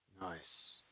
Nice